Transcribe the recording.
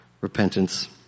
repentance